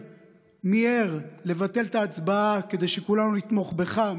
מיהר לבטל את ההצבעה כדי שכולנו נתמוך בך,